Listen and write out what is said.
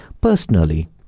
Personally